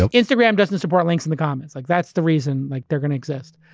so instagram doesn't support links in the comments. like that's the reason like they're going to exist.